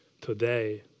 today